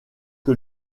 que